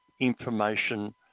information